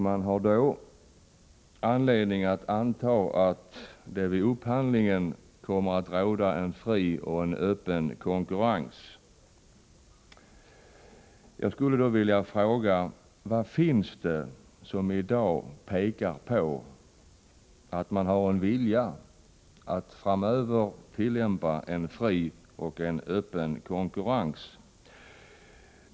Man har då anledning att anta att det vid upphandlingen kommer att råda en fri och öppen konkurrens. Jag skulle då vilja fråga: Vad finns det som i dag pekar på att man har en vilja att framöver tillämpa en fri och öppen konkurrens?